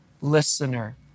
listener